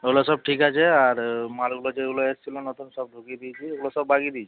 ওগুলো সব ঠিক আছে আর মালগুলো যেগুলো এসছিলো নতুন সব ঢুকিয়ে দিয়েছি ওগুলো সব বাগিয়ে দিয়েছি